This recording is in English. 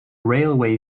railway